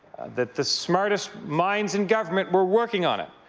that the smartest minds in government were working on it.